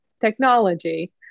technology